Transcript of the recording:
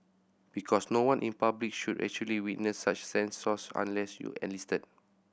because no one in public should actually witness such scenes Source Unless you're enlisted